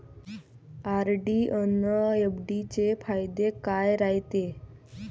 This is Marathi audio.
आर.डी अन एफ.डी चे फायदे काय रायते?